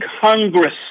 Congress